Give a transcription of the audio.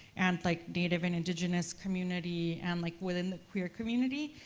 and like native and indigenous community, and like within the queer community,